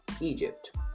Egypt